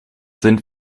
sind